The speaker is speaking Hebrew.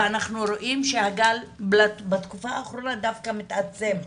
ואנחנו רואים שהגל בתקופה האחרונה דווקא מתעצם.